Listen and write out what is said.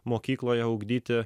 mokykloje ugdyti